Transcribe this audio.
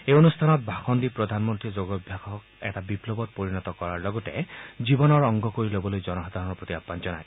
এই অনুষ্ঠানত ভাষণ দি প্ৰধানমন্তীয়ে যোগাভ্যাসক এটা বিপ্লৱত পৰিণত কৰাৰ লগতে জীৱনৰ অংগ কৰি ল'বলৈ জনসাধাৰণৰ প্ৰতি আহান জনায়